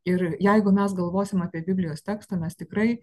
ir jeigu mes galvosim apie biblijos tekstą mes tikrai